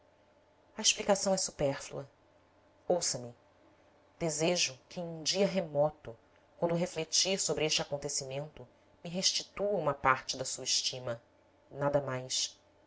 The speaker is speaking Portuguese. a explicação é supérflua ouça-me desejo que em um dia remoto quando refletir sobre este acontecimento me restitua uma parte da sua estima nada mais